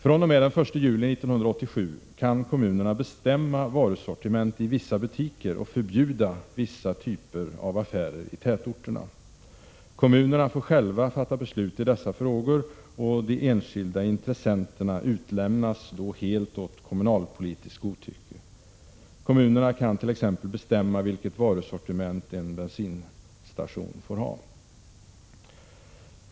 fr.o.m. den 1 juli 1987 kan kommunerna bestämma varusortiment i vissa butiker och förbjuda vissa typer av affärer i tätorterna. Kommunerna får själva fatta beslut i dessa frågor, och de enskilda intressenterna utlämnas då helt åt kommunalpolitiskt godtycke. Kommunerna kan t.ex. bestämma vilket varusortiment en bensinstation får ha.